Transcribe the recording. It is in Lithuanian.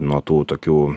nuo tų tokių